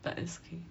but it's okay